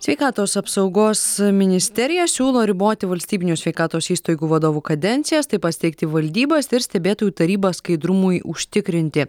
sveikatos apsaugos ministerija siūlo riboti valstybinių sveikatos įstaigų vadovų kadencijas taip pat steigti valdybas ir stebėtojų tarybas skaidrumui užtikrinti